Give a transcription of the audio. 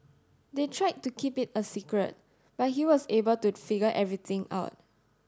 they tried to keep it a secret but he was able to figure everything out